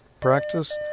practice